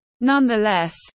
Nonetheless